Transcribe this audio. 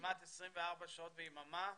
כמעט 24 שעות ביממה,